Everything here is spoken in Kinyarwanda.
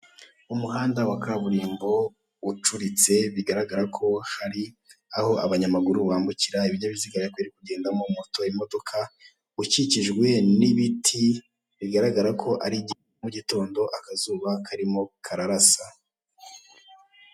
Umuhanda wa kaburimbo ucuritse, bigaragara ko hari aho abanyamaguru bambukira, ibinyabiziga ariko biri kugendamo moto, imodoka..., ukikijwe n'ibiti bigaragara ko ari igihe cya mu gitondo akazuba karimo kararasa.